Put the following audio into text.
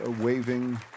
waving